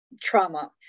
trauma